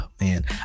man